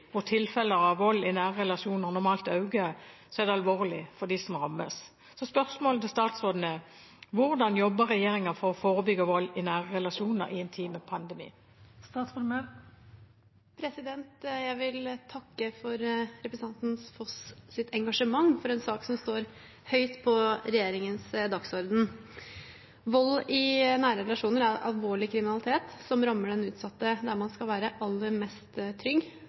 og overgrep i løpet av nedstengningene under pandemien. Når samfunnet igjen i praksis er nedstengt under en høytid, hvor tilfeller av vold i nære relasjoner normalt øker, er det alvorlig for de som rammes. Hvordan jobber regjeringen for å forebygge vold i nære relasjoner i en tid med pandemi?» Jeg vil takke for representanten Foss’ engasjement for en sak som står høyt på regjeringens dagsorden. Vold i nære relasjoner er alvorlig kriminalitet som rammer den utsatte der man skal være aller mest trygg,